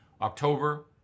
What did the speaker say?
October